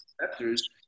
receptors